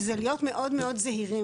זה להיות מאוד מאוד זהירים.